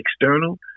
external